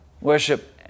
Worship